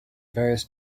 various